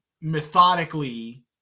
methodically